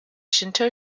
shinto